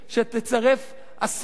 שתצרף עשרות,